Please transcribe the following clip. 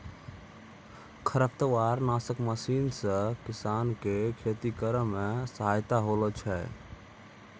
खरपतवार नासक मशीन से किसान के खेती करै मे सहायता होलै छै